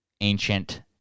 ancient